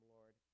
Lord